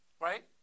Right